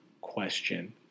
question